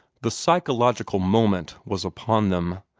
the psychological moment was upon them.